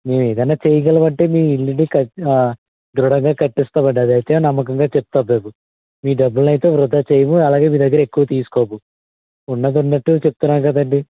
మేము ఏదన్న చెయ్యగలం అంటే మీ ఇల్లుని కట్ ఆ దృఢంగా కట్టిస్తామండి అది అయితే నమ్మకంగా చెప్తాం మేము మీ డబ్బుల్నైతే వృధా చెయ్యము అలాగే మీ దగ్గర ఎక్కువ తీసుకోము ఉన్నది ఉన్నట్టు చెప్తున్నా కదండీ